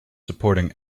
supporting